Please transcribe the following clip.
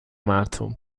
مرطوب